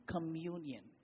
Communion